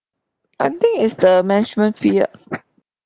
I think is the management fee uh